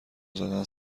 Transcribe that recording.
زدن